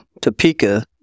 Topeka